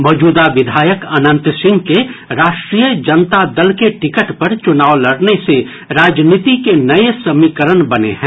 मौजूदा विधायक अनंत सिंह के राष्ट्रीय जनता के टिकट पर चुनाव लडने से राजनीति के नये समीकरण बने हैं